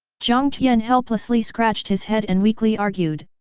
jiang tian helplessly scratched his head and weakly argued,